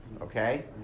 okay